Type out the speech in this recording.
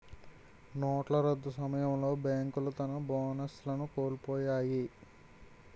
నోట్ల రద్దు సమయంలో బేంకులు తన బోనస్లను కోలుపొయ్యాయి